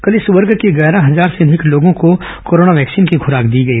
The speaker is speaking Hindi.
कल इस वर्ग के ग्यारह हजार से अधिक लोगों को कोरोना वैक्सीन की खुराक दी गई